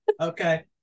Okay